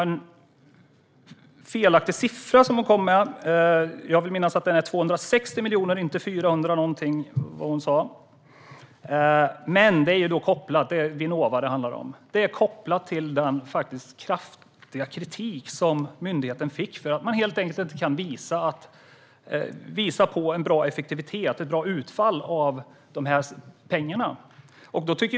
En felaktig siffra kom med. Jag vill minnas att det är fråga om 260 miljoner - inte 400-någonting. Men siffran är kopplad till Vinnova, till den kraftiga kritik som myndigheten har fått därför att den inte kan visa på en bra effektivitet, ett bra utfall, av pengarna.